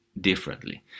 differently